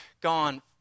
gone